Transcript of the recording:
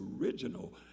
original